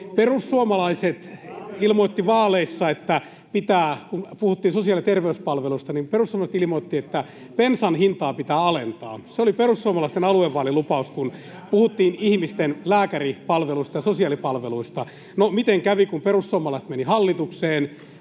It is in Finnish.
Perussuomalaiset ilmoitti vaaleissa, kun puhuttiin sosiaali- ja terveyspalveluista, että bensan hintaa pitää alentaa. Se oli perussuomalaisten aluevaalilupaus, kun puhuttiin ihmisten lääkäripalveluista ja sosiaalipalveluista. No, miten kävi, kun perussuomalaiset meni hallitukseen: